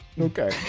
Okay